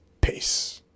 Peace